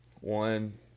one